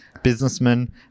businessman